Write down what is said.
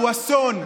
הוא אסון.